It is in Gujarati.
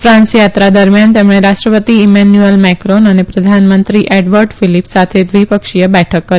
ફ્રાંસયાત્રા દરમિયાન તેમણે રાષ્ટ્રપતિ ઈમેન્યુએલ મેક્રીન અને પ્રધાનમંત્રી એડવર્ડ ફલીપ સાથે દ્વિપક્ષીય બેઠક કરી